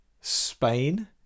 Spain